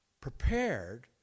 prepared